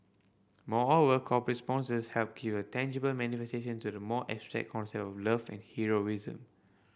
moreover corporate sponsors help give a tangible manifestation to the more abstract concept of love and heroism